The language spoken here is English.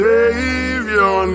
Savior